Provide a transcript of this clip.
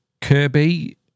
Kirby